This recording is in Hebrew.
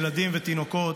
ילדים ותינוקות,